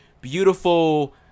beautiful